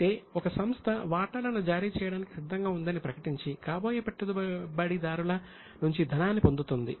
అయితే ఒక సంస్థ వాటాలను జారీ చేయడానికి సిద్ధంగా ఉందని ప్రకటించి కాబోయే పెట్టుబడిదారుల నుంచి ధనాన్ని పొందుతుంది